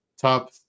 top